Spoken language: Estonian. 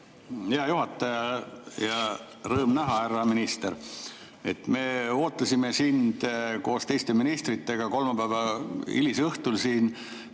Hea juhataja! Rõõm näha, härra minister! Me ootasime sind ja teisi ministreid kolmapäeva hilisõhtul siin